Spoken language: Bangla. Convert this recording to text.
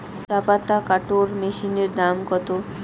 চাপাতা কাটর মেশিনের দাম কত?